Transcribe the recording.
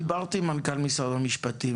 דיברתי עם מנכ"ל משרד המשפטים,